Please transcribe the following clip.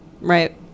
Right